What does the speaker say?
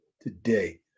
today